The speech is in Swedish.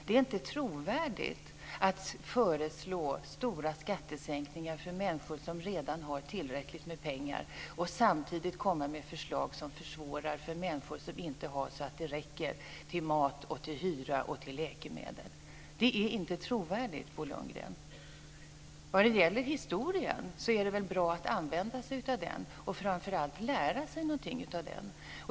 Det är inte trovärdigt att föreslå stora skattesänkningar för människor som redan har tillräckligt med pengar och samtidigt komma med förslag som försvårar för människor som inte har så att det räcker till mat, till hyra och till läkemedel. Det är inte trovärdigt. Vad gäller historien är det väl bra att använda sig av den och framför allt lära sig någonting av den.